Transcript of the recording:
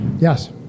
Yes